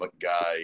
guy